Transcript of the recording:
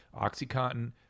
OxyContin